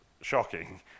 shocking